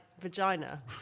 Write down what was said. vagina